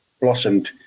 blossomed